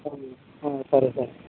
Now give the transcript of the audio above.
సరే సార్